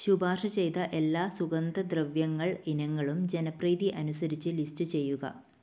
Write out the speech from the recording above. ശുപാർശ ചെയ്ത എല്ലാ സുഗന്ധദ്രവ്യങ്ങൾ ഇനങ്ങളും ജനപ്രീതി അനുസരിച്ച് ലിസ്റ്റ് ചെയ്യുക